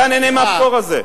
אתה נהנה מהפטור הזה.